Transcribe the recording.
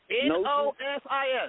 N-O-S-I-S